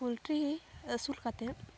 poultry ᱟᱹᱥᱩᱞ ᱠᱟᱛᱮᱫ